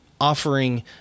offering